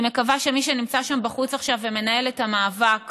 אני מקווה שמי שנמצא שם בחוץ עכשיו ומנהל את המאבק